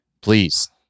please